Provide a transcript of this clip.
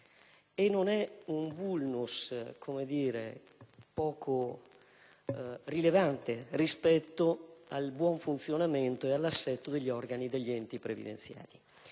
di un *vulnus* poco rilevante rispetto al buon funzionamento e all'assetto degli organi degli enti previdenziali.